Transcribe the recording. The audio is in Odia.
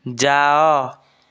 ଯାଅ